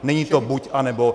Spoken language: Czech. Není to buď, anebo.